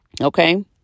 Okay